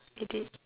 it did